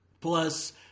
Plus